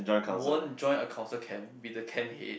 won't join the council camp be the camp head